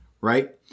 Right